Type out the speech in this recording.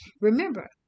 Remember